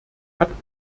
hat